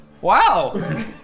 wow